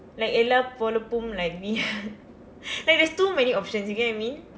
like எல்லா பொழுப்பும்:ella poluppum like me like there's too many options you get what I mean